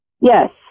yes